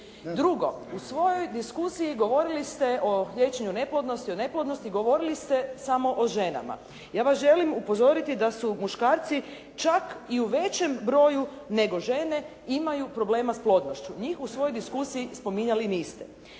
Drugo, u svojoj diskusiji govorili ste o liječenju neplodnosti, o neplodnosti govorili ste samo o ženama. Ja vas želim upozoriti da su muškarci čak i u većem broju nego žene, imaju problema s plodnošću. Njih u svojoj diskusiji spominjali niste.